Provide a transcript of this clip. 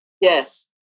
Yes